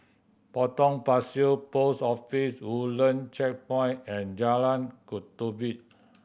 Potong Pasir Post Office Woodland Checkpoint and Jalan Ketumbit